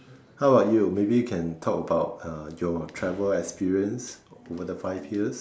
how about you maybe can talk about uh your travel experience over the five years